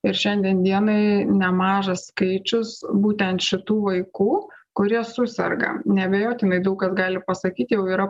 ir šiandien dienai nemažas skaičius būtent šitų vaikų kurie suserga neabejotinai daug kas gali pasakyti jau yra